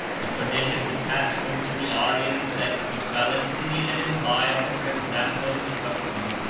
the pernicious attachment to the arian sect, which valentinian had imbibed from her example and instructions,